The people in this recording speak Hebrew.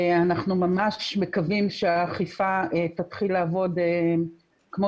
אנחנו ממש מקווים שהאכיפה תתחיל לעבוד כמו